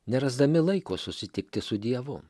nerasdami laiko susitikti su dievu